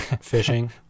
Fishing